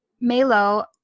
Melo